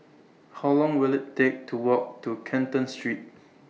How Long Will IT Take to Walk to Canton Street